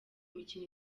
mikino